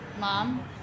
Mom